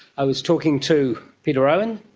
i was talking to peter owen,